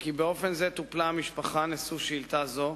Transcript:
כי באופן זה טופלה המשפחה מושא שאילתא זו,